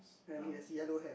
and he has yellow hair